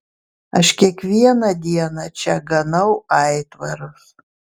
aš kiekvieną dieną čia ganau aitvarus